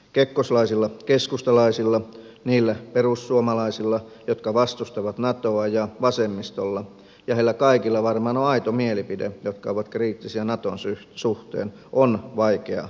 kekkoslaisilla keskustalaisilla niillä perussuomalaisilla jotka vastustavat natoa ja vasemmistolla heillä kaikilla varmaan on aito mielipide jotka ovat kriittisiä naton suhteen on vaikea paikka